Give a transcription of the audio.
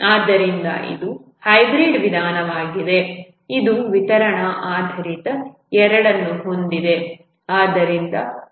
ಆದ್ದರಿಂದ ಇದು ಹೈಬ್ರಿಡ್ ವಿಧಾನವಾಗಿದ್ದು ಇದು ವಿತರಣಾ ಆಧಾರಿತ ಎರಡನ್ನೂ ಹೊಂದಿದೆ